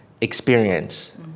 experience